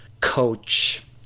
coach